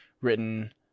written